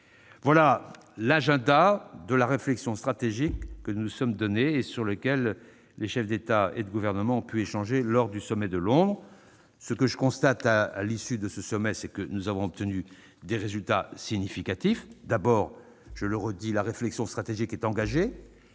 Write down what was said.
est l'agenda de la réflexion stratégique que nous nous sommes donné et sur lequel les chefs d'État et de gouvernement ont pu échanger lors du sommet de Londres. À l'issue de ce sommet, je constate que nous avons obtenu des résultats significatifs. D'abord, je le répète, la réflexion stratégique est engagée.